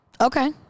Okay